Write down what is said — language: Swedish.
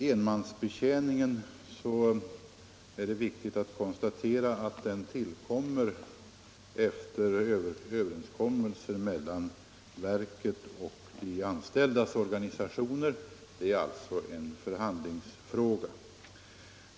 Det är viktigt att konstatera att enmansbetjäningen tillkommer efter överenskommelse mellan verket och de anställdas organisationer. Det är alltså en förhandlingsfråga.